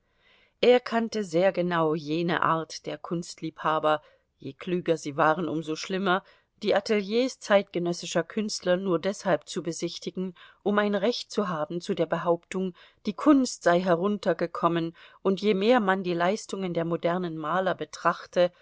er kannte sehr genau jene art der kunstliebhaber je klüger sie waren um so schlimmer die ateliers zeitgenössischer künstler nur deshalb zu besichtigen um ein recht zu haben zu der behauptung die kunst sei heruntergekommen und je mehr man die leistungen der modernen maler betrachte